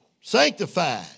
Sanctified